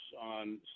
on